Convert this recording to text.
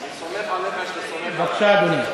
ביחד, ההסתייגויות.